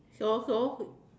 so so